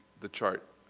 the chart.